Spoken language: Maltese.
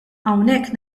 hawnhekk